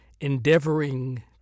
endeavoring